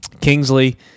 Kingsley